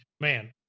man